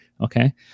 okay